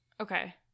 Okay